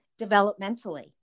developmentally